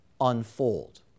unfold